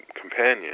companion